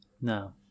No